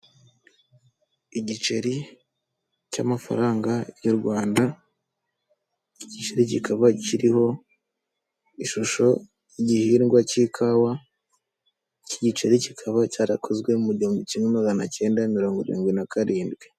Igiceri cy'amafaranga yu Rwanada, igiceri kikaba kiriho ishusho y'igihingwa cy'ikawa, iki giceri kiba cyarakozwe mu igihumbi kimwe maganakenda mirongw'irindwi na karindwi.